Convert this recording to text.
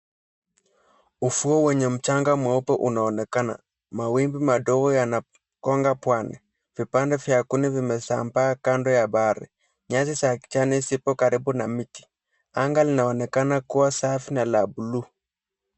Ufuo wenye mchanga mweupe unaonekana. Mawimbi madogo yanagonga pwani. Vipande vya kuni vimesambaa kando ya bahari. Nyasi za kijani zipo karibu na miti. Anga linaonekana kuwa safi na la buluu.